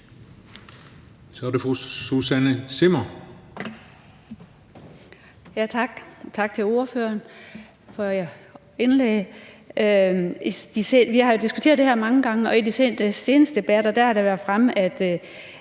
Kl. 15:50 Susanne Zimmer (UFG): Tak til ordføreren for indlægget. Vi har jo diskuteret det her mange gange, og i de seneste debatter har det været fremme, at